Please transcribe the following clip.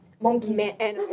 Monkey